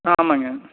ஆ ஆமாங்க